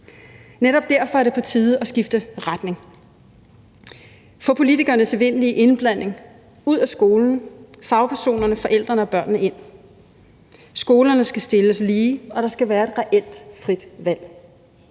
Netop derfor er det på tide at skifte retning. Få politikernes evindelige indblanding ud af skolen, og fagpersonerne, forældrene og børnene ind. Skolerne skal stilles lige, og der skal være et reelt frit valg.